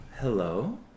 hello